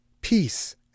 peace